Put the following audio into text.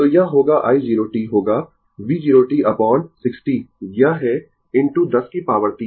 तो यह होगा i 0 t होगा V 0 t अपोन 60 यह है इनटू 10 की पॉवर 3